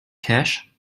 cash